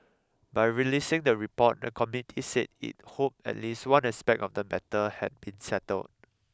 by releasing the report the committee said it hoped at least one aspect of the matter had been settled